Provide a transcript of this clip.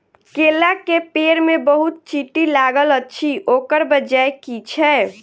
केला केँ पेड़ मे बहुत चींटी लागल अछि, ओकर बजय की छै?